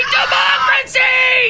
democracy